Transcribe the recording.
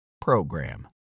PROGRAM